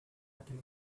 happen